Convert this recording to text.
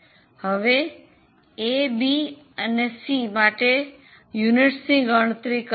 હવે A B C A B C માટે એકમોની ગણતરી કરો